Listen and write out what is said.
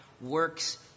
works